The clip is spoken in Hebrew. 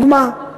דוגמה,